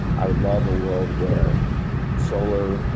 i'd love a world where solar,